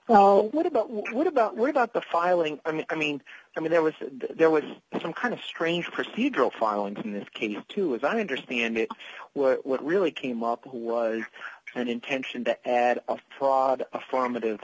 well what about what about what about the filing i mean i mean there was there was some kind of strange procedural farland in this case too as i understand it what really came up was an intention to add a fraud affirmative